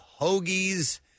Hoagie's